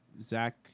Zach